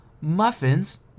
muffins